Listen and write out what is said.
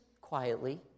quietly